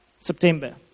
September